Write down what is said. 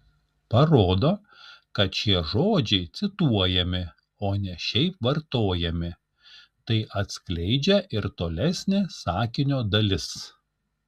parodo kad šie žodžiai cituojami o ne šiaip vartojami tai atskleidžia ir tolesnė sakinio dalis